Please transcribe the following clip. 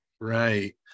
right